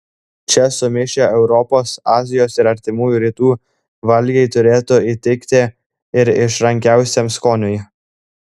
čia sumišę europos azijos ir artimųjų rytų valgiai turėtų įtikti ir išrankiausiam skoniui